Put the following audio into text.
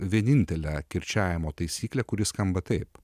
vienintelę kirčiavimo taisyklę kuri skamba taip